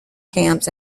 camps